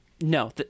No